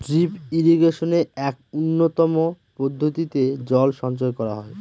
drip ইরিগেশনে এক উন্নতম পদ্ধতিতে জল সঞ্চয় করা হয়